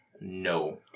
No